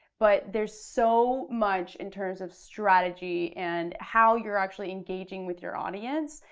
but there's so much in terms of strategy and how you're actually engaging with your audience.